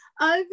over